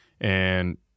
And-